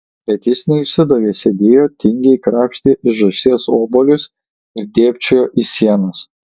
bet jis neišsidavė sėdėjo tingiai krapštė iš žąsies obuolius ir dėbčiojo į sienas